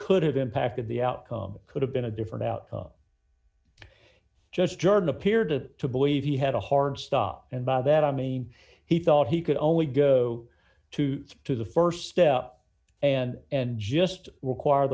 could have impacted the outcome could have been a different outcome just jordan appeared to believe he had a hard stop and by that i mean he thought he could only go to to the st step and and just require